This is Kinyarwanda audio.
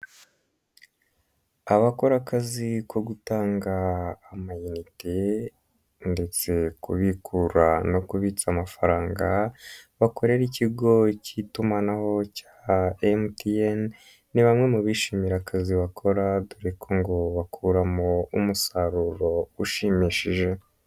Abakora akazi ko gutanga amayinite ndetse kubikura no kubitsa amafaranga bakorera ikigo cy'itumanaho cya MTN, ni bamwe mu bishimira akazi bakora dore ko ngo bakuramo umusaruro ushimishije.